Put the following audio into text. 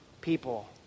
people